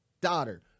daughter